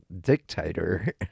dictator